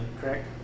Correct